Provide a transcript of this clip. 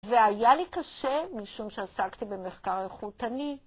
והיה לי קשה משום שעסקתי במחקר איכותני.